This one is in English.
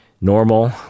normal